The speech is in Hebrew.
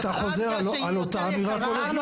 בגלל שהיא יותר יקרה.